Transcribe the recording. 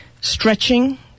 stretching